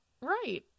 Right